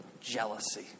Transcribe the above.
Jealousy